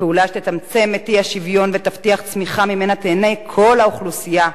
לפעולה שתצמצם את האי-שוויון ותבטיח צמיחה שממנה תיהנה כל האוכלוסייה,